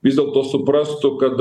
vis dėlto suprastų kad